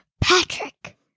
Patrick